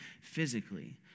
physically